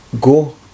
go